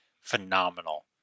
phenomenal